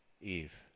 Eve